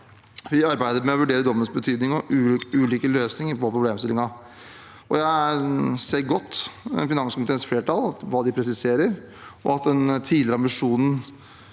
Vi arbeider med å vurdere dommens betydning og ulike løsninger på problemstillingen. Jeg ser godt hva finanskomiteens flertall presiserer, og at den tidligere ambisjonen